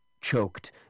choked